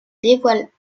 dévoile